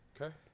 Okay